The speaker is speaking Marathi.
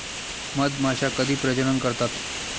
मधमाश्या कधी प्रजनन करतात?